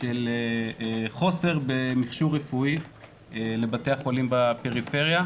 של חוסר במכשור רפואי לבתי החולים בפריפריה,